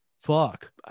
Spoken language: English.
Fuck